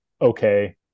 okay